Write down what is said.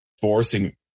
forcing